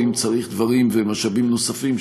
ואם צריך דברים ומשאבים נוספים,